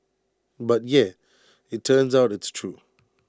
but yeah IT turns out it's true